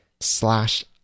slash